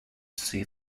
see